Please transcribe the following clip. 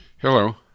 Hello